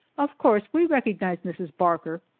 of course we recognized mrs. barker,